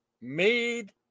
made